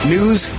News